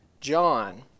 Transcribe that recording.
John